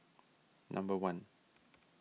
number one